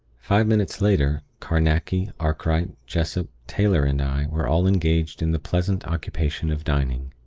five minutes later, carnacki, arkright, jessop, taylor, and i were all engaged in the pleasant occupation of dining.